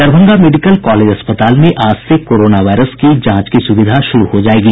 Darbhanga medical college अस्पताल में आज से कोरोना वायरस की जांच की सुविधा शुरू हो जायेगी